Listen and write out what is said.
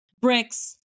bricks